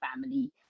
family